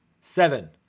Seven